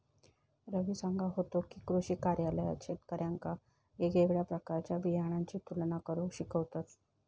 रवी सांगा होतो की, कृषी कार्यालयात शेतकऱ्यांका येगयेगळ्या प्रकारच्या बियाणांची तुलना करुक शिकवतत